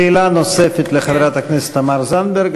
שאלה נוספת לחברת הכנסת תמר זנדברג.